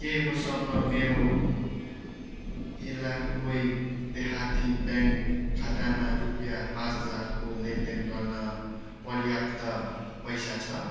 के मसँग मेरो इलाकोई देहाती ब्याङ्क खातामा रुपया पाँच हजारको लेनदेन गर्न पर्याप्त पैसा छ